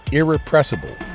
irrepressible